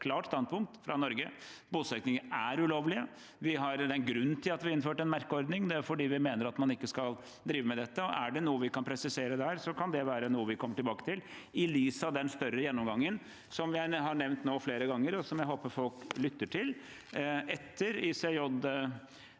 klart standpunkt fra Norge: Bosetninger er ulovlige. Det er en grunn til at vi har innført en merkeordning, og det er fordi vi mener at man ikke skal drive med dette. Hvis det er noe vi kan presisere der, kan det være noe vi kommer tilbake til, i lys av den større gjennomgangen jeg har nevnt nå flere ganger, og som jeg håper folk lytter til. Etter ICJs